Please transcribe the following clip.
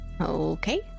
Okay